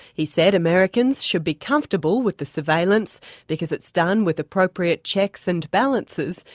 he said americans should be comfortable with the surveillance because it's done with appropriate checks and balances,